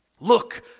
Look